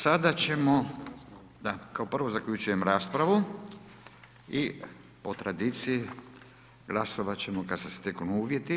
Sada ćemo, da kao prvo zaključujem raspravu i po tradiciji raspravljati ćemo kad se steknu uvjeti.